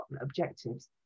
objectives